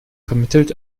vermittelt